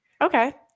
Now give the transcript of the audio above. okay